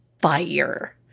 fire